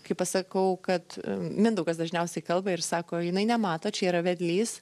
kai pasakau kad mindaugas dažniausiai kalba ir sako jinai nemato čia yra vedlys